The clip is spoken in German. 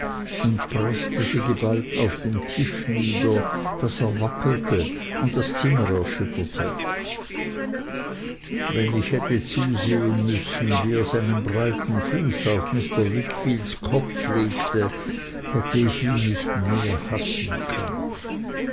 und preßte sie geballt auf den tisch nieder daß er wackelte und das zimmer erschütterte wenn ich hätte zusehen müssen wie er seinen breiten fuß auf mr wickfields kopf legte hätte ich ihn nicht mehr hassen können